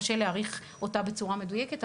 קשה להעריך אותה בצורה מדויקת,